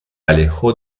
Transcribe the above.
alejó